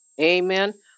Amen